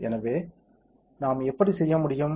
எனவே நாம் எப்படி செய்ய முடியும்